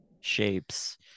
shapes